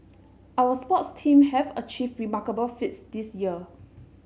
our sports team have achieved remarkable feats this year